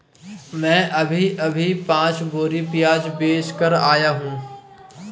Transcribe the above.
मैं अभी अभी पांच बोरी प्याज बेच कर आया हूं